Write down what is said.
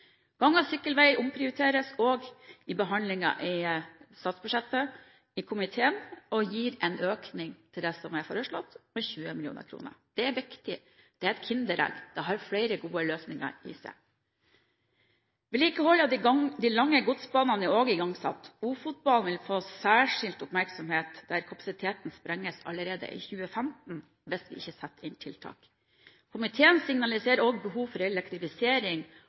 Gang- og sykkelveier omprioriteres også i behandlingen av statsbudsjettet i komiteen og gir en økning på 20 mill. kr til det som er foreslått. Det er viktig. Det er et kinderegg – det har flere gode løsninger i seg. Vedlikehold av de lange godsbanene er også igangsatt. Ofotbanen vil få særskilt oppmerksomhet der kapasiteten sprenges allerede i 2015 hvis vi ikke setter inn tiltak. Komiteen signaliserer også behov for elektrifisering